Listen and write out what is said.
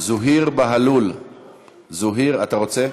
אתה רוצה?